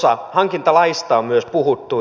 myös hankintalaista on puhuttu